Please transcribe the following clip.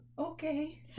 Okay